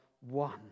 one